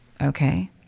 Okay